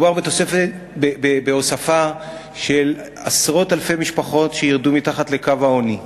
מדובר בהוספה של עשרות אלפי משפחות שירדו מתחת לקו העוני.